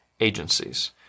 agencies